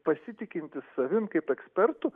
pasitikintis savim kaip ekspertu